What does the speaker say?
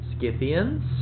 Scythians